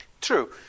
True